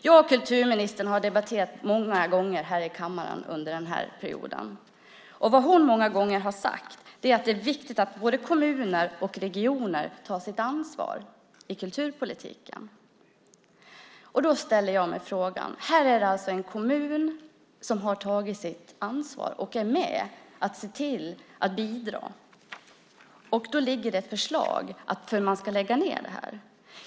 Jag och kulturministern har debatterat många gånger här i kammaren under den här perioden. Vad hon många gånger har sagt är att det är viktigt att både kommuner och regioner tar sitt ansvar i kulturpolitiken. Då måste jag ställa en fråga. Här är det alltså en kommun som har tagit sitt ansvar och är med om att se till att bidra. Då ligger det ett förslag om att man ska lägga ned det här.